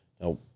Now